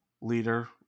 leader